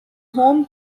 home